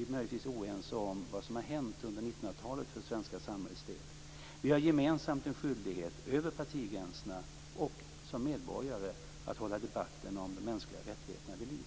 möjligtvis oense om vad som hänt under 1900-talet för det svenska samhällets del. Vi har gemensamt en skyldighet över partigränserna och som medborgare att hålla debatten om de mänskliga rättigheterna vid liv.